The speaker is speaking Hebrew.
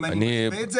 אם אני משווה את זה